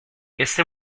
este